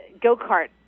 go-kart